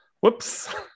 whoops